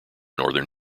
northern